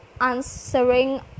answering